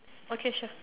okay sure